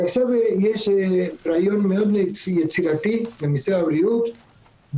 עכשיו יש רעיון מאוד יצירתי למשרד הבריאות,